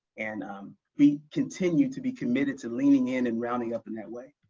and um we continue to be committed to leaning in and rounding up in that way.